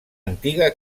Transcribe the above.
antiga